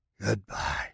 Goodbye